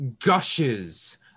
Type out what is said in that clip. gushes